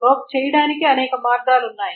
probe చేయడానికి అనేక మార్గాలు ఉన్నాయి